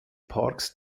parks